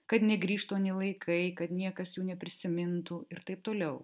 kad negrįžtų anie laikai kad niekas jų neprisimintų ir taip toliau